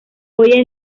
hoy